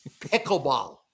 pickleball